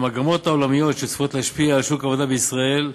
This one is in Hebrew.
המגמות העולמיות שצפויות להשפיע על שוק העבודה בישראל הן: